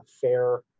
fair